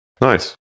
Nice